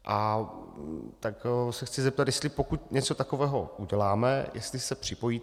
Tak se chci zeptat, jestli pokud něco takového uděláme, jestli se připojíte.